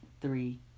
three